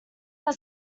had